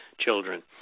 children